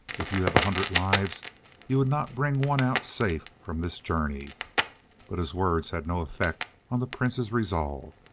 if you had a hundred lives you would not bring one out safe from this journey but his words had no effect on the prince's resolve.